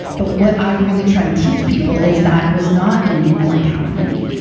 but what i really try and teach people is that was not an inborn talent in me.